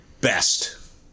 best